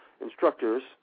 instructors